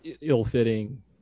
Ill-fitting